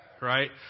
Right